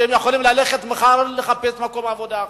שלא יכולים ללכת מחר ולחפש מקום עבודה אחר.